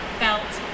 felt